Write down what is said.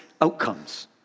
outcomes